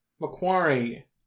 Macquarie